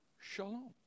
shalom